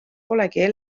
polegi